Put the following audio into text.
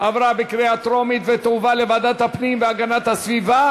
התשע"ה 2015, לוועדה שתקבע ועדת הכנסת נתקבלה.